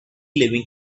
living